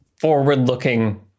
forward-looking